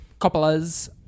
Coppola's